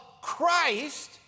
Christ